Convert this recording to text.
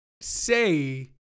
say